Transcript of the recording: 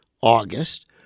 August